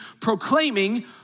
proclaiming